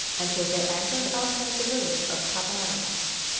until they anchored outside the village of khabarova.